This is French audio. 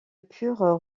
purent